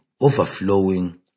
overflowing